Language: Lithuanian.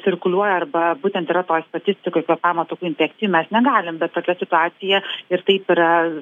cirkuliuoja arba būtent yra toj statistikoj kvėpavimo takų infekcijų mes negalim bet tokia situacija ir taip yra